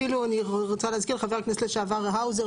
אפילו אני רוצה להזכיר לחבר הכנסת לשעבר האוזר,